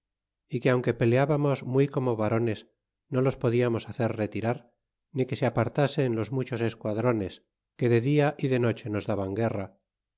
é que aunque peleábamos muy como varones no los podiamos hacer reti rar ni que se apartasen los muchos esquadrones que de dia y de noche nos daban guerra